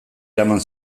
eraman